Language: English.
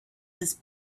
his